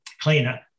cleaner